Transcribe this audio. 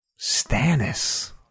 Stannis